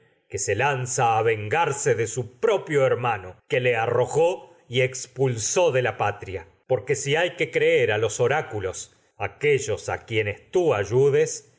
que se lan vengarse de su propio hermano que le arrojó y ex pulsó de la patria porque si hay que creer a los orácu los la aquellos a quienes tú las ayudes